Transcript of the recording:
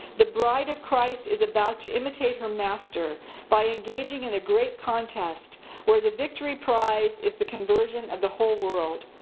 the bride of christ is about to imitate her master by engaging in a great contest where the victory prize is the conversion of the whole world.